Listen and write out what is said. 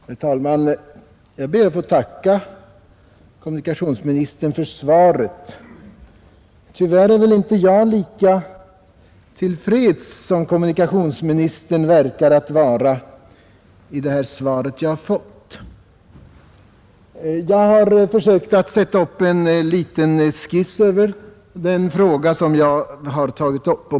Herr talman! Jag ber att få tacka kommunikationsministern för svaret. Tyvärr är väl inte jag lika till freds som kommunikationsministern verkar vara av svaret att döma. Jag har försökt sätta upp en liten skiss rörande den fråga som jag ställt.